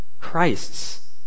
Christ's